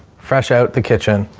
fresh out the kitchen.